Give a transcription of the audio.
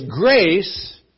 grace